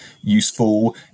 useful